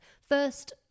First